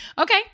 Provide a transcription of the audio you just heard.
Okay